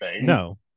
No